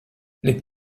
les